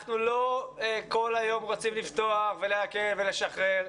אנחנו לא כל היום רוצים לפתוח, להקל ולשחרר.